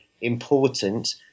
important